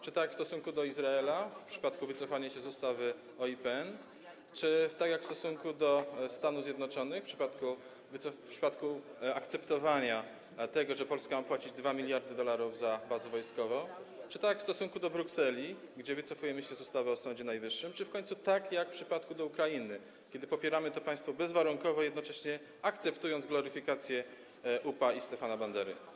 Czy tak jak w stosunku do Izraela w przypadku wycofania się z ustawy o IPN, czy tak jak w stosunku do Stanów Zjednoczonych w przypadku akceptowania tego, że Polska ma płacić 2 mld dolarów za bazę wojskową, czy tak jak w stosunku do Brukseli, kiedy wycofujemy się z ustawy o Sądzie Najwyższym, czy w końcu tak jak w przypadku Ukrainy, kiedy popieramy to państwo bezwarunkowo, jednocześnie akceptując gloryfikację UPA i Stefana Bandery?